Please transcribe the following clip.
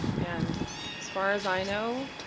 and, as far as i know,